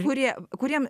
kurie kuriems